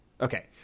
Okay